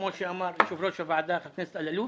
כמו שאמר יושב-ראש הוועדה חבר הכנסת אלאלוף,